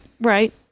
Right